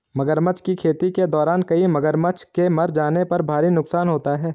मगरमच्छ की खेती के दौरान कई मगरमच्छ के मर जाने पर भारी नुकसान होता है